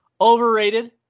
overrated